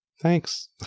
Thanks